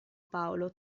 paolo